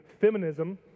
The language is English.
Feminism